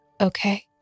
Okay